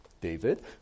David